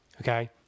Okay